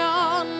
on